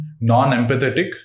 Non-empathetic